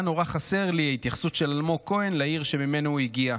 רק הייתה נורא חסרה לי ההתייחסות של אלמוג כהן לעיר שממנה הוא הגיע,